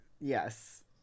Yes